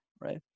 Right